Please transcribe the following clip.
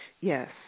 Yes